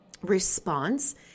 response